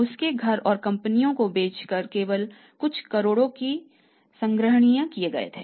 उसके घर और कुछ कंपनियों को बेच कर केवल कुछ करोड़ की संग्रहणीय किए गए थे